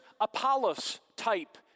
Apollos-type